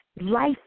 Life